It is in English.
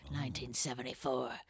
1974